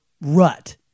rut